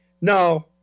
no